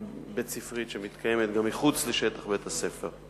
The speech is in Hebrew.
בית-ספרית אחרת שמתקיימת גם מחוץ לשטח בית-הספר.